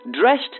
Dressed